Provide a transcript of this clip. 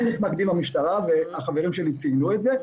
מתמקדים במשטרה והחברים שלי ציינו את זה.